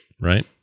right